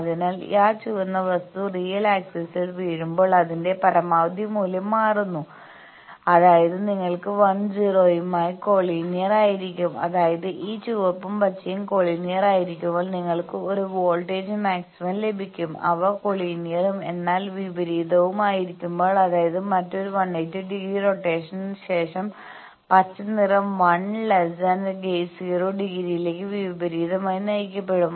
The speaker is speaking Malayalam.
അതിനാൽ ആ ചുവന്ന വസ്തു റിയൽ ആക്സിസിസിൽ വീഴുമ്പോൾ അതിന്റെ പരമാവധി മൂല്യം മാറ്റുന്നു അതായത് നിങ്ങൾ 1 0 യുമായി കോളിനിയർ ആയിരിക്കും അതായത് ഈ ചുവപ്പും പച്ചയും കോളിനിയറായിരിക്കുമ്പോൾ നിങ്ങൾക്ക് ഒരു വോൾട്ടേജ് മാക്സിമ ലഭിക്കും അവ കോളിനിയറും എന്നാൽ വിപരീതവും ആയിരിക്കുമ്പോൾ അതായത് മറ്റൊരു 180 ഡിഗ്രി റോറ്റേഷൻ ശേഷം പച്ച നിറം 1∠ 0 ° ലേക്ക് വിപരീതമായി നയിക്കപ്പെടും